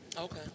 Okay